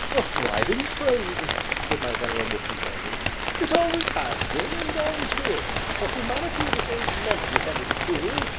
a thriving trade! said my venerable companion it always has been, and always will, for humanity is a many-headed fool,